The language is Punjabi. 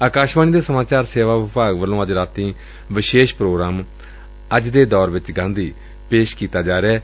ਅਕਾਸ਼ਵਾਣੀ ਦੇ ਸਮਾਚਾਰ ਸੇਵਾ ਵਿਭਾਗ ਵੱਲੋਂ ਅੱਜ ਰਾਤੀਂ ਵਿਸ਼ੇਸ਼ ਪ੍ਰੋਗਰਾਮ ਅੱਜ ਦੇ ਦੌਰ ਵਿਚ ਗਾਂਧੀ ਪੇਸ਼ ਕੀਤਾ ਜਾ ਰਿਹੈ